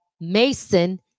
Mason